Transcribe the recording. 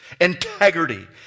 integrity